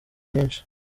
nyinshi